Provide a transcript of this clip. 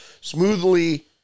smoothly